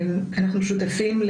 אנחנו שותפים,